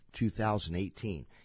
2018